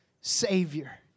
Savior